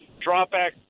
drop-back